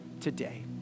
today